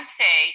say